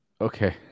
Okay